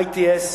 ITS,